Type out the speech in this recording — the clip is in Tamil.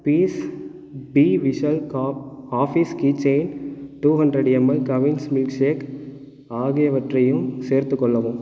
fees B whistle cough office key chain two hundred ML கவில்ஸ் மில்க் ஷேக் ஆகியவற்றையும் சேர்த்துக்கொள்ளவும்